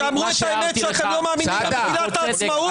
שאמרו את האמת שאתם לא מאמינים למגילת העצמאות?